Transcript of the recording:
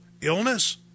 illness